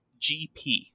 GP